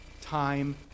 time